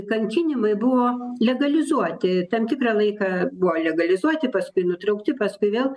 kankinimai buvo legalizuoti tam tikrą laiką buvo legalizuoti paskui nutraukti paskui vėl